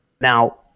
Now